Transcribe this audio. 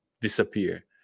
disappear